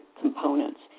components